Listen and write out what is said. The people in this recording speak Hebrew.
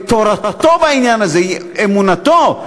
שתורתו בעניין הזה היא אמונתו,